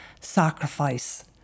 sacrifice